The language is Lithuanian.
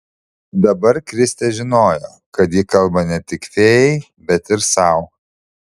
dabar kristė žinojo kad ji kalba ne tik fėjai bet ir sau